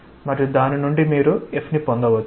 మరియు దాని నుండి మీరు F ని పొందవచ్చు